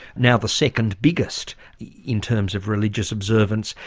now the second biggest in terms of religious observance.